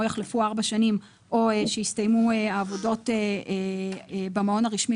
או יחלפו ארבע שנים או שיסתיימו העבודות במעון הרשמי,